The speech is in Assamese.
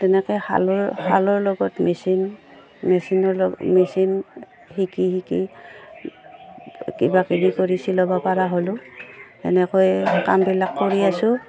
তেনেকৈ শালৰ শালৰ লগত মেচিন মেচিনৰ লগ মেচিন শিকি শিকি কিবাকিবি কৰি চিলাব পৰা হ'লোঁ তেনেকৈ কামবিলাক কৰি আছো